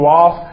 off